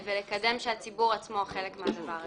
ולקדם כשהציבור עצמו הוא חלק מהדבר הזה.